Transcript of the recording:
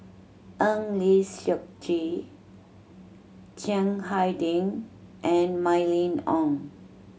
Eng Lee Seok Chee Chiang Hai Ding and Mylene Ong